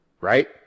right